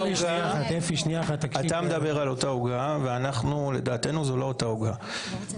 אתה מדבר על אותה עוגה ולדעתנו זו לא אותה עוגה.